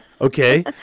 Okay